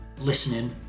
listening